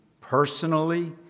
personally